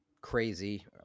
crazy